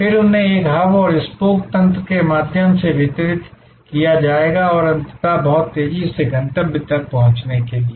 फिर उन्हें एक हब और स्पोक तंत्र के माध्यम से फिर से वितरित किया जाएगा और अंततः बहुत तेजी से गंतव्य तक पहुंचने के लिए